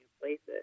places